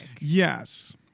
Yes